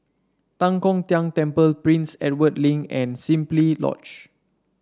Tan Kong Tian Temple Prince Edward Link and Simply Lodge